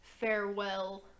Farewell